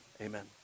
amen